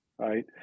right